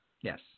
Yes